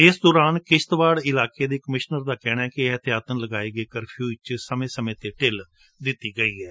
ਇਸ ਦੌਰਾਨ ਕਿਸ਼ਤਵਾੜ ਇਲਾਕੇ ਦੇ ਕਮਿਸ਼ਨਰ ਦਾ ਕਹਿਣੈ ਕਿ ਏਹਤਿਆਤਨ ਲਗਾਏ ਗਏ ਕਰੀਫਿਓ ਵਿਚ ਢਿੱਲ ਦਿੱਤੀ ਗਈ ਏ